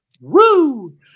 woo